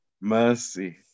Mercy